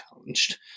challenged